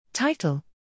Title